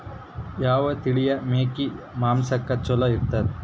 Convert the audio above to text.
ಯಾವ ತಳಿಯ ಮೇಕಿ ಮಾಂಸಕ್ಕ ಚಲೋ ಇರ್ತದ?